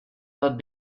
not